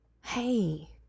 Hey